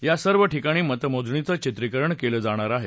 या सर्व ठिकाणी मतमोजणीचं चित्रीकरण केलं जाणार आहे